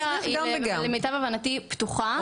למיטב הבנתי האופציה פתוחה.